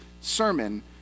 sermon